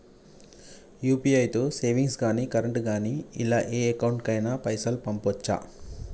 UPI తో savings గాని current గాని ఇలా ఏ అకౌంట్ కైనా పైసల్ పంపొచ్చా?